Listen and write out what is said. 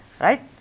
right